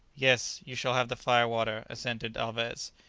yes, you shall have the fire-water, assented alvez,